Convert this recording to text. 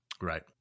Right